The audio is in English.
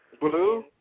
Blue